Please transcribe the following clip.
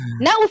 now